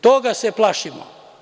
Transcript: Toga se plašimo.